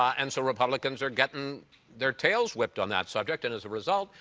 and, so, republicans are getting their tails whipped on that subject and, as a result,